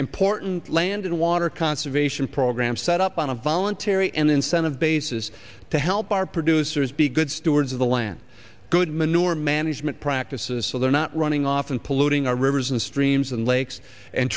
important land and water conservation programs set up on a voluntary and incentive basis to help our producers be good stewards of the land good manure management practices so they're not running off and polluting our rivers and streams and lakes and